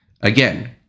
Again